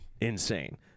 insane